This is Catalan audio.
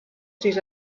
sis